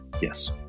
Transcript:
Yes